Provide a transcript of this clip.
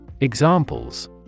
Examples